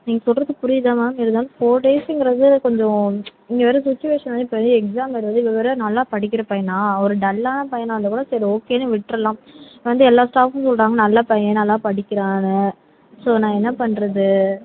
நீங்கள் சொல்லுறது புரியிது தான் மேம் இருந்தாலும் ஃபோர் டேஸ்ஸுங்கறது கொஞ்சம் இங்கே வேறு சுச்சுவேஷன் வேறு இப்போ வந்து எக்ஸாம் வருது இவன் வேறு நல்லா படிக்கிற பையனா ஒரு டல்லான பையனா இருந்தா கூட சரி ஓகேன்னு விட்ருலாம் வந்து எல்லா ஸ்டாஃப்பும் சொல்லுறாங்க நல்ல பையன் நல்லா படிக்கிறான்னு ஸோ நான் என்ன பண்ணுறது